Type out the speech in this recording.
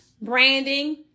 branding